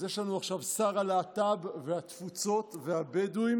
אז יש לנו עכשיו שר הלהט"ב והתפוצות והבדואים,